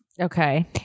Okay